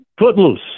Footloose